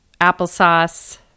applesauce